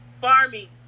Farming